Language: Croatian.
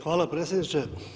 Hvala predsjedniče.